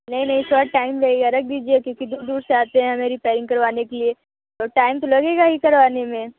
नहीं नहीं sir time लगेगा क्योंकि दूर दूर से आते हैं रिपेयरिंग करवाने के लिए तो टाइम तो लगेगा ही करवाने में